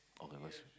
oh it was